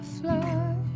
fly